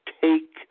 take